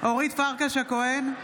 אורית פרקש הכהן,